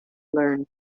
learned